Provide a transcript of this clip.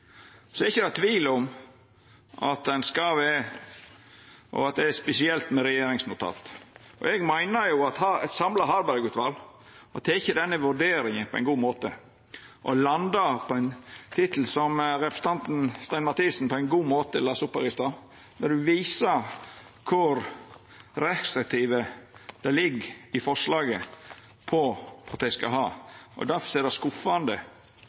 Så er det ikkje tvil om at det skal vera, og at det er, spesielt med regjeringsnotat. Eg meiner at eit samla Harberg-utval har gjort denne vurderinga på ein god måte og landa på det som representanten Stein Mathisen på ein god måte las opp her i stad, der ein viser kor restriktiv tilgang det ligg i forslaget at ombodet skal ha. Difor er det skuffande